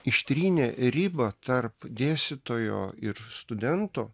ištrynė ribą tarp dėstytojo ir studento